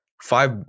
Five